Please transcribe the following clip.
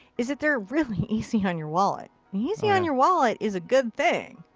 is that they're really easy on your wallet. easy on your wallet is a good thing.